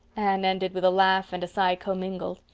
anne ended with a laugh and a sigh commingled.